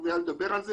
מיד נדבר על זה,